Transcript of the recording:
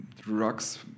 drugs